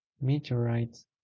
meteorites